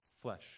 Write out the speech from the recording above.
Flesh